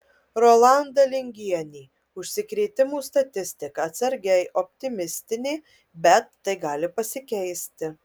rolanda lingienė užsikrėtimų statistika atsargiai optimistinė bet tai gali pasikeisti